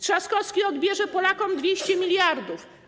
Trzaskowski odbierze Polakom 200 mld.